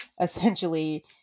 essentially